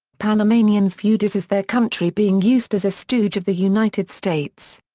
panamanians viewed it as their country being used as a stooge of the united states.